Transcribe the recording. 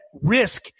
risk